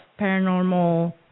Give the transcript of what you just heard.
paranormal